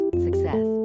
Success